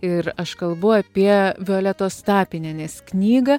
ir aš kalbu apie violetos tapinienės knygą